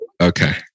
Okay